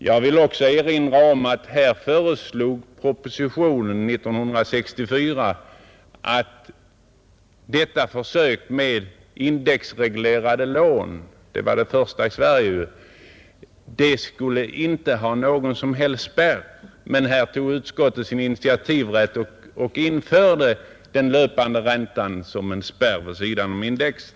Jag vill också erinra om att år 1964 föreslogs att när det gällde detta försök med indexreglerade lån — som var det första i Sverige — skulle det finnas en spärr. Detta innebär att den löpande räntan utgör spärr vid sidan om indexet.